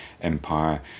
empire